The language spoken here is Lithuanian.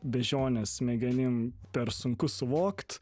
beždžionės smegenim per sunku suvokt